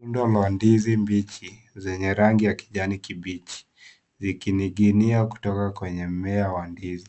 Rundo la rangi mbichi zenye rangi ya kijani kibichi zikininginia kutoka kwenye mmea wa ndizi